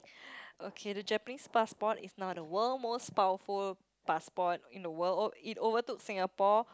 okay the Japanese passport is now the world most powerful passport in the world it overtook Singapore